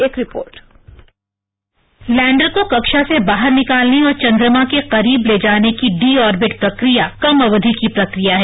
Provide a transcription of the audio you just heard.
एक report lander को कक्षा से बाहर निकालने और चंद्रमा के करीब ले जाने की डी ऑर्बिट प्रक्रिया कम अवधि की प्रक्रिया है